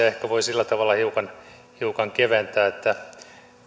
ehkä voi sillä tavalla hiukan hiukan keventää että